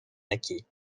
acquis